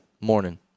Morning